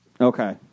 Okay